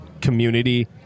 community